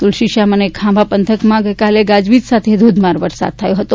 તુલસીશ્યામ અને ખાંભા પંથકમાં ગાજવીજ સાથે ધોધમાર વરસાદ થયો છે